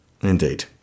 Indeed